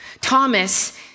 Thomas